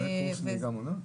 גם קורסים לנהיגה מונעת?